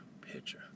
picture